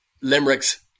limericks